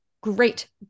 Great